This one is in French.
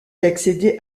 d’accéder